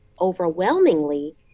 overwhelmingly